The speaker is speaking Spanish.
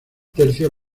tercio